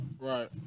Right